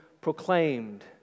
proclaimed